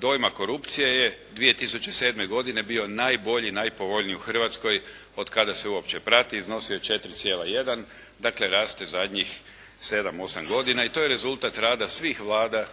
dojma korupcije je 2007. bio najbolji, najpovoljniji u Hrvatskoj od kada se uopće prati, iznosio je 4,1. Dakle, raste zadnjih sedam, osam godina i to je rezultat svih Vlada